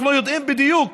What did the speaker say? אנחנו יודעים בדיוק